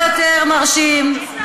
אופיר שלנו הרבה יותר טוב, הרבה יותר מרשים.